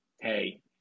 hey